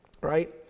right